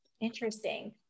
Interesting